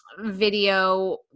video